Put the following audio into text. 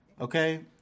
Okay